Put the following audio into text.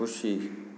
ખુશી